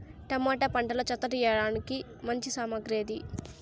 Tomato పంటలో చెత్త తీయడానికి మంచి సామగ్రి ఏది?